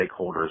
stakeholders